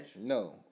No